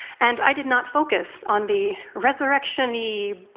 and i did not focus on the resurrection-y,